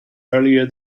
earlier